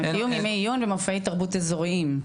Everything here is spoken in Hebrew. את "קיום ימי עיון ומופעי תרבות" אזוריים,